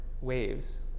waves